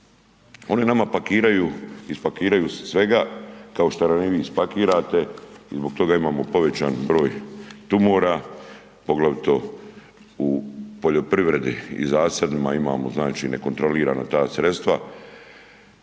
Oni nama pakiraju i spakiraju svega kao što nam i vi spakirate i zbog toga imamo povećan broj tumora poglavito u poljoprivredi i zasadima imamo nekontrolirano ta sredstva.